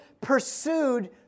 pursued